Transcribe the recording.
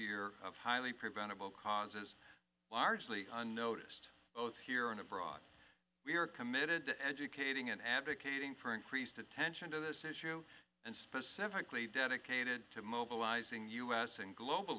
year of highly preventable causes largely unnoticed both here and abroad we are committed to educating and advocating for increased attention to this issue and specifically dedicated to mobilizing u s and global